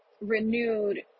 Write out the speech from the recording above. renewed